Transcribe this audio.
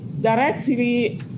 directly